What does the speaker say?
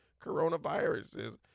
coronaviruses